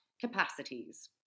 capacities